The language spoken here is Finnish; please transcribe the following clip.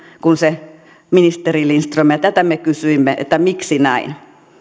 kuin se ministeri lindström tätä me kysyimme että miksi näin